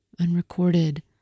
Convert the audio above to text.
Unrecorded